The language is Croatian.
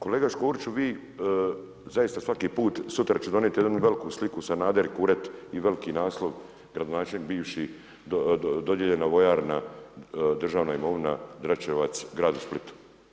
Kolega Škorić, vi zaista svaki put, sutra ću donijeti jednu veliku sliku Sanader, Kuret i veliki naslov, gradonačelnik bivši dodjeljena vojarna državna imovina Dračevac gradu Splitu.